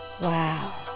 wow